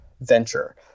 venture